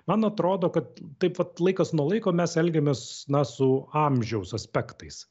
man atrodo kad taip vat laikas nuo laiko mes elgiamės na su amžiaus aspektais